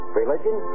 religion